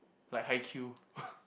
like Haikyuu